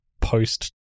post